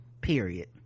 period